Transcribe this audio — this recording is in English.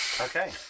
Okay